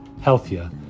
healthier